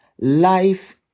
life